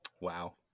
Wow